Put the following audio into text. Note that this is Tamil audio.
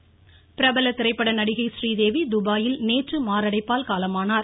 ஸ்தேவி மறைவு பிரபல திரைப்பட நடிகை றீதேவி துபாயில் நேற்று மாரடைப்பால் காலமானார்